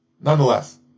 nonetheless